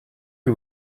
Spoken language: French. que